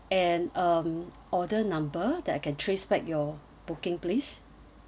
and um order number that I can trace back your booking please